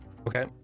Okay